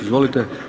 Izvolite.